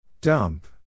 Dump